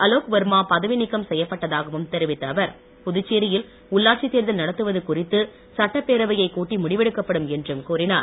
அலோக் வர்மா பதவி நீக்கம் செய்யப்பட்டதாகவும் தெரிவித்த அவர் புதுச்சேரியில் உள்ளாட்சி தேர்தல் நடத்துவது குறித்து சட்டப் பேரவையை கூட்டி முடிவெடுக்கப்படும் என்றும் கூறினார்